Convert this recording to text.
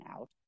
out